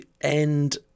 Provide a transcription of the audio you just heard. end